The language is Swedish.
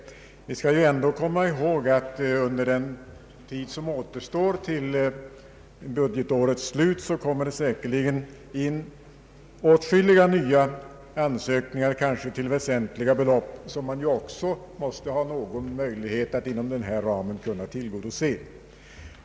Vi skall komma ihåg att under den tid som återstår till budgetårets slut kommer det säkerligen in åtskilliga nya ansökningar, kanske till väsentliga belopp, vilka man också måste ha möjlighet att tillgodose inom ramen.